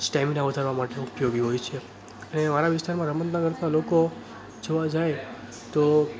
stamina વધારવા માટે ઉપયોગી હોય છે અને મારા વિસ્તારમાં રમતગમતમાં લોકો જોવા જઈએ તો